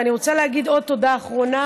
אני רוצה להגיד עוד תודה אחרונה,